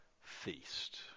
feast